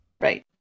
right